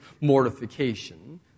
mortification